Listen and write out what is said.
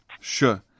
sure